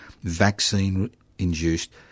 Vaccine-induced